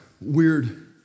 weird